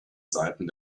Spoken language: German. seiten